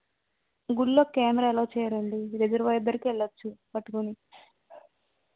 గుడిలో camera allow చేయరండి reservoir దాకా వెళ్ళచ్చు పట్టుకుని